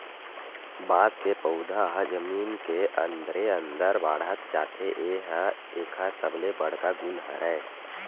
बांस के पउधा ह जमीन के अंदरे अंदर बाड़हत जाथे ए ह एकर सबले बड़का गुन हरय